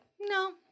no